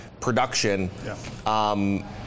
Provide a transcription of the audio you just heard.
production